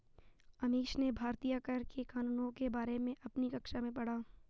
अमीश ने भारतीय कर के कानूनों के बारे में अपनी कक्षा में पढ़ा